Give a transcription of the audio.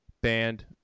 band